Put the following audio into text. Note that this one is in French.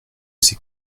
ces